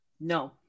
No